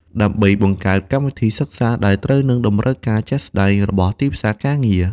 ដើម្បីបង្កើតកម្មវិធីសិក្សាដែលត្រូវនឹងតម្រូវការជាក់ស្តែងរបស់ទីផ្សារការងារ។